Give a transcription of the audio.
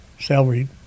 salary